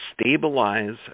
stabilize